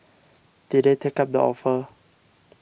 did they take up the offer